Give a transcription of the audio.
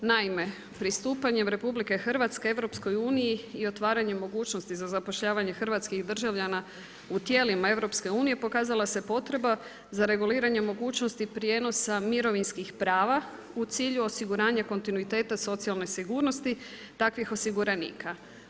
Naime, pristupanjem RH EU-u i otvaranju mogućnosti za zapošljavanje hrvatskih državljana u tijelima EU-a, pokazala se potreba za reguliranje mogućnosti prijenosa mirovinskih prava u cilju osiguranja kontinuiteta socijalne sigurnosti takvih osiguranika.